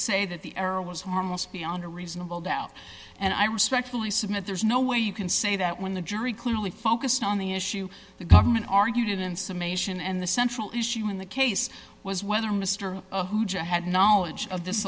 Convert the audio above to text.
say that the error was harmless beyond a reasonable doubt and i respectfully submit there's no way you can say that when the jury clearly focused on the issue the government argued in summation and the central issue in the case was whether mr hooja had knowledge of this